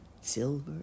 silver